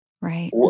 Right